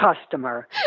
customer